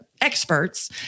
experts